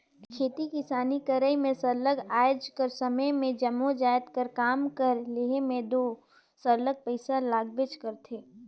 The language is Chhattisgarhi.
खेती किसानी करई में सरलग आएज कर समे में जम्मो जाएत कर काम कर लेहे में दो सरलग पइसा लागबेच करथे